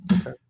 okay